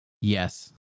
Yes